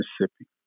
Mississippi